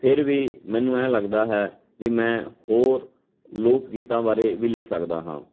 ਫਿਰ ਵੀ ਮੈਨੂੰ ਐਂ ਲੱਗਦਾ ਹੈ ਵੀ ਮੈਂ ਹੋਰ ਲੋਕ ਗੀਤਾਂ ਬਾਰੇ ਵੀ ਲਿਖ ਸਕਦਾ ਹਾਂ